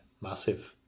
massive